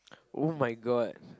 [oh]-my-god